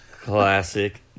Classic